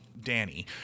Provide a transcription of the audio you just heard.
Danny